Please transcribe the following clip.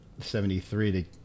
73